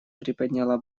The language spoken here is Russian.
приподняла